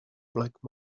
black